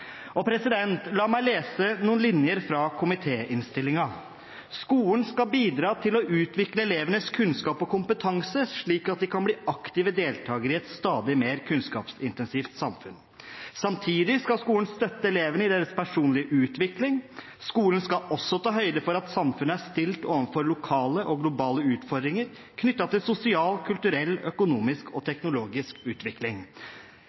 La meg lese noen linjer fra komitéinnstillingen: «Skolen skal bidra til å utvikle elevenes kunnskap og kompetanse slik at de kan bli aktive deltakere i et stadig mer kunnskapsintensivt samfunn. Samtidig skal skolen støtte elevene i deres personlige utvikling og identitetsutvikling. Skolen skal også ta høyde for at samfunnet er stilt overfor lokale og globale utfordringer knyttet til sosial, kulturell, økonomisk og teknologisk utvikling.»